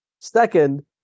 Second